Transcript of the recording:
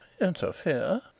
interfere